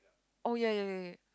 oh ya ya ya ya